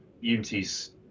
Unity's